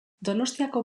donostiako